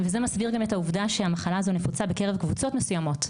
וזה מסביר גם את העובדה שהמחלה הזו נפוצה בקרב קבוצות מסוימות,